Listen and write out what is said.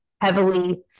heavily